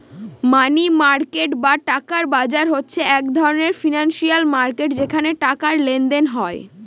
মানি market বা টাকার বাজার হচ্ছে এক ধরনের ফিনান্সিয়াল মার্কেট যেখানে টাকার লেনদেন হয়